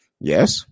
Yes